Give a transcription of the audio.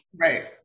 Right